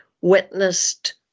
witnessed